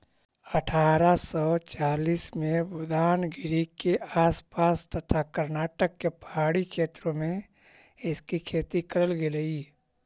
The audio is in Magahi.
अठारा सौ चालीस में बुदानगिरी के आस पास तथा कर्नाटक के पहाड़ी क्षेत्रों में इसकी खेती करल गेलई